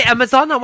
Amazon